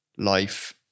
life